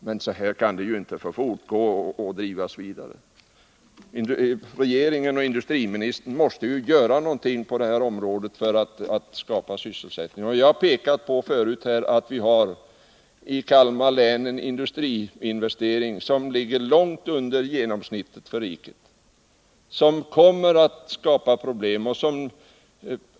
Men så kan det ju inte få fortsätta. Regeringen och industriministern måste göra något på detta område för att skapa sysselsättning. Jag har här förut pekat på att vi i Kalmar län har en industriinvestering som ligger långt under genomsnittet för riket, vilket kommer att skapa problem.